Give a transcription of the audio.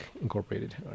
Incorporated